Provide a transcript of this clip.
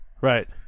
Right